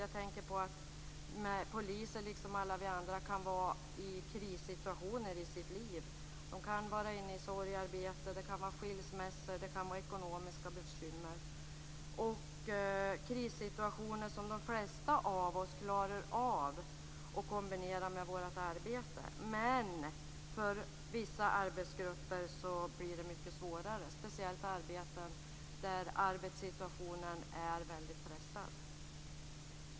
Jag tänker på att poliser liksom alla vi andra kan vara i krissituationer i sitt liv. De kan vara inne i sorgearbete. Det kan vara fråga om skilsmässor, och det kan vara ekonomiska bekymmer. Det är krissituationer som de flesta av oss klarar av att kombinera med vårt arbete. Men för vissa grupper blir det mycket svårare. Det gäller speciellt arbeten där arbetssituationen är väldigt pressad.